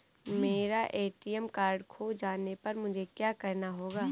मेरा ATM card खो जाने पर मुझे क्या करना होगा?